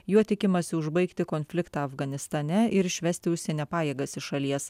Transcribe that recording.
juo tikimasi užbaigti konfliktą afganistane ir išvesti užsienio pajėgas iš šalies